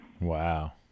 Wow